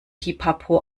pipapo